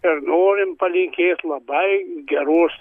ir norim palinkėt labai geros